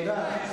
תודה.